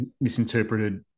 misinterpreted